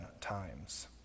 times